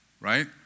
right